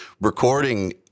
Recording